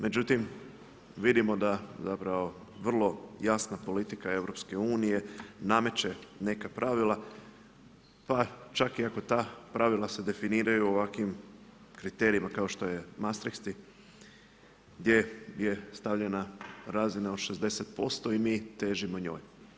Međutim, vidimo da zapravo vrlo jasna politika EU nameće neka pravila pa čak i ako ta pravila se definiraju ovakvim kriterijima kao što je mastriškim gdje je stavljena razina od 60% i mi težimo njoj.